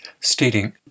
stating